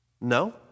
No